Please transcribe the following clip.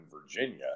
Virginia